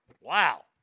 Wow